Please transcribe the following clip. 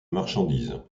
marchandises